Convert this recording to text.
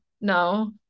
no